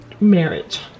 marriage